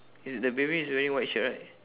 eh the baby is wearing white shirt right